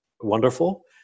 wonderful